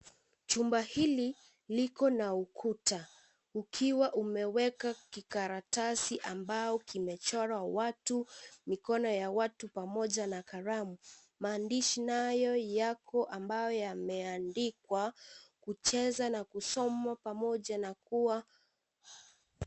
Chumba hili liko na ukuta. Ukiwa umeweka kikaratasi ambao kimechorwa watu, mikono ya watu pamoja na karama. Maandishi nayo yako ambayo yameandikwa kucheza na kusoma pamoja na kuwa.